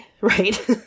right